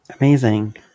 Amazing